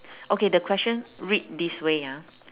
okay the question read this way ah